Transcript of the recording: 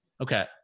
Okay